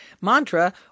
mantra